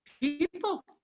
People